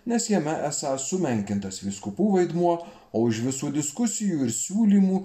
nes jame esąs sumenkintas vyskupų vaidmuo o už visų diskusijų ir siūlymų